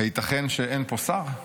הייתכן שאין פה שר?